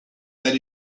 that